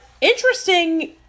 interesting